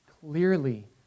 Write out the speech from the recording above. clearly